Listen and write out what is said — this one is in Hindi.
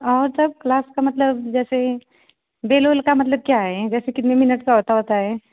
और सब क्लास का मतलब जैसे बेल ओल का मतलब क्या है जैसे कितने मिनट का होता होता है